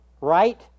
right